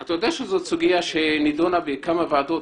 אתה יודע שזו סוגיה שנדונה בכמה ועדות,